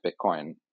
Bitcoin